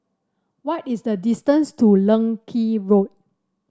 what is the distance to Leng Kee Road